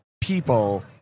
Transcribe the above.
people